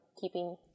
keeping